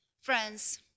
Friends